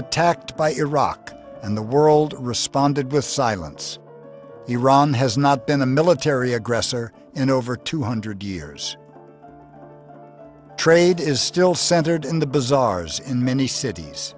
attacked by iraq and the world responded with silence iran has not been a military aggressor in over two hundred years trade is still centered in the bazaars in many cities